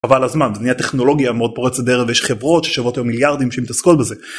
אבל הזמן תנאי הטכנולוגיה מאוד פורצת דרך ויש חברות ששוות היום מיליארדים שמתעסקות בזה.